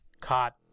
caught